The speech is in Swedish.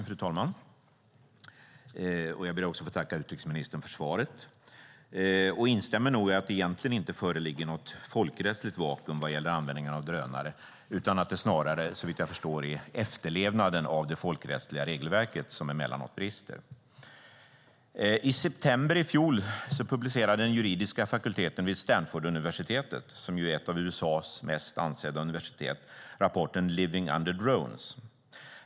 Fru talman! Jag ber att få tacka utrikesministern för svaret och instämmer nog i att det egentligen inte föreligger något folkrättsligt vakuum vad gäller användningen av drönare utan att det snarare, såvitt jag förstår, är efterlevnaden av det folkrättsliga regelverket som emellanåt brister. I september i fjol publicerade den juridiska fakulteten vid Stanforduniversitetet, ett av USA:s mest ansedda universitet, rapporten Living Under Drones .